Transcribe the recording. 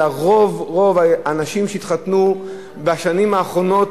אלא רוב האנשים שהתחתנו בשנים האחרונות,